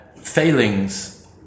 failings